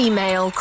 Email